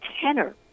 tenor